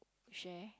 share